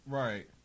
right